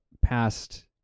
past